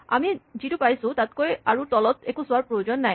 আমি যিটো পাইছো তাতকৈ আৰু তলত একো চোৱাৰ প্ৰয়োজন নাই